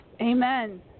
Amen